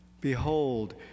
Behold